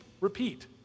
Repeat